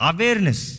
Awareness